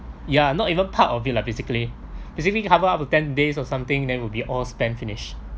ya not even part of it lah basically basically cover up ten days or something then will be all spend finish